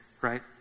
right